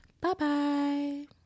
bye-bye